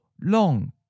long